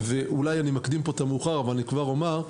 אולי אני מקדים פה את המאוחר ואני כבר אומר,